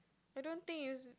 I don't think it's